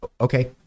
Okay